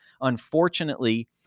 unfortunately